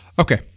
Okay